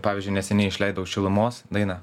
pavyzdžiui neseniai išleidau šilumos dainą